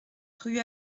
rue